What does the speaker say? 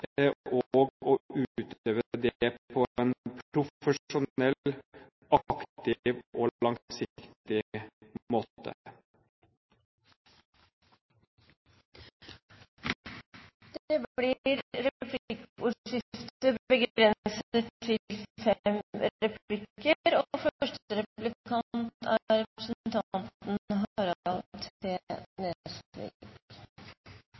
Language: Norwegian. og å utøve det på en profesjonell, aktiv og langsiktig måte. Det blir replikkordskifte. Jeg vil først takke statsråden for